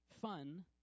Fun